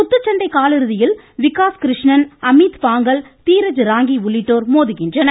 குத்துச்சண்டை காலிறுதியில் விகாஸ் கிருஷ்ணன் அமீத் பாங்கல் தீரஜ் ராங்கி உள்ளிட்டோர் மோதுகின்றனர்